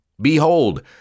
Behold